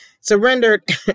Surrendered